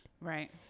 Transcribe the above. Right